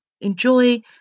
enjoy